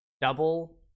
Double